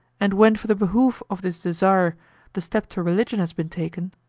and when for the behoof of this desire the step to religion has been taken,